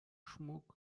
schmuck